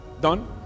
done